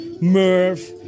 Murph